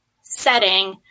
setting